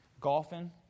Golfing